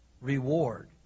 reward